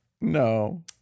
no